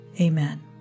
Amen